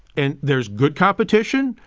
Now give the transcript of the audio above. and there's good competition,